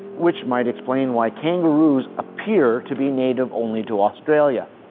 which might explain why kangaroos appear to be native only to australia.